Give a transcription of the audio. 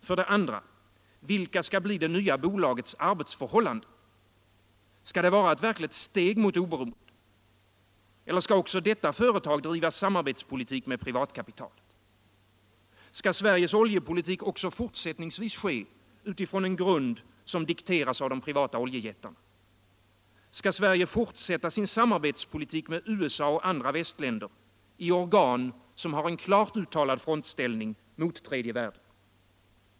För det andra: Vilka skall det nya bolagets arbetsförhållanden bli? Skall bolaget vara ett verkligt steg mot oberoende? Eller skall också detta företag driva samarbetspolitik med privatkapitalet? Skall Sveriges oljepolitik även fortsättningsvis ske utifrån en grund som dikteras av de privata oljejättarna? Skall Sverige fortsätta sin samarbetspolitik med USA och andra västländer i organ som har en klart uttalad frontställning mot tredje världen?